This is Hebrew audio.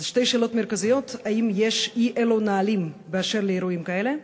שאלות מרכזיות: 1. האם יש אי-אלו נהלים באשר לאירועים כאלה?